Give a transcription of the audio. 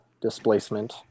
displacement